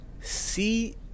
see